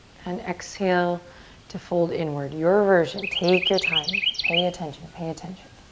and exhale to fold inward, your version. take your time. pay attention, pay attention.